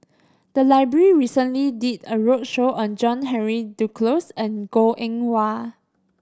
the library recently did a roadshow on John Henry Duclos and Goh Eng Wah